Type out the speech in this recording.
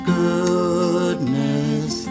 goodness